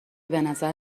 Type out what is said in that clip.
بنظر